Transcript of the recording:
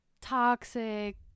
toxic